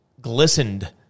glistened